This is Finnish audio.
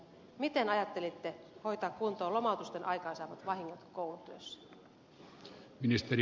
miten ajattelitte hoitaa kuntoon lomautusten aikaan saamat vahingot koulutyössä